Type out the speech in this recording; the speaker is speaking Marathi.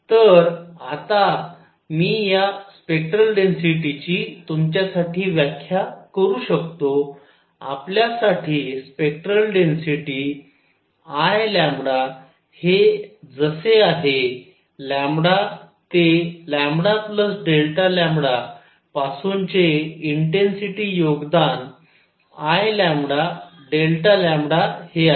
तर आता मी या स्पेक्टरल डेन्सिटीची तुमच्यासाठी व्याख्या करू शकतो आपल्यासाठी स्पेक्टरल डेन्सिटी Iहे जसे आहे ते पासूनचे इंटेन्सिटी योगदान Iλ हे आहे